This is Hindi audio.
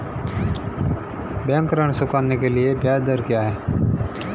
बैंक ऋण चुकाने के लिए ब्याज दर क्या है?